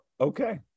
okay